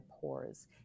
pores